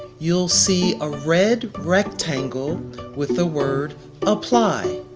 you'll see a red rectangle with the word apply.